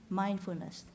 mindfulness